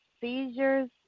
seizures